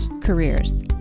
careers